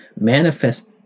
manifest